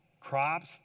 crops